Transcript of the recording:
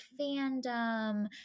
fandom